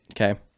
okay